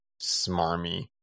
smarmy